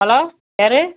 hello யார்